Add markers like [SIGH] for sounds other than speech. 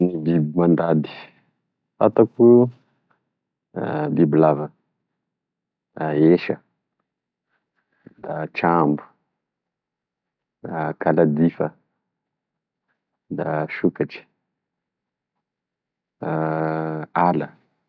Ny biby mandady fantako [HESITATION] bibilava, da esa, da trambo, da kaladifa da sokatry, [HESITATION] ala.